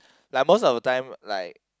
like most of the time like